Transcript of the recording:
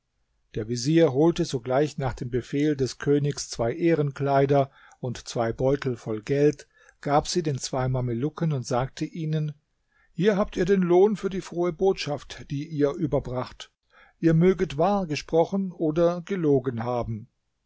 der vezier holte sogleich nach dem befehl des königs zwei ehrenkleider und zwei beutel voll geld gab sie den zwei mamelucken und sagte ihnen hier habt ihr den lohn für die frohe botschaft die ihr überbracht ihr möget wahr gesprochen oder gelogen haben